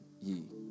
ye